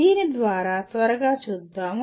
దీని ద్వారా త్వరగా చూద్దాము